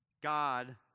God